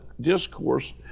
Discourse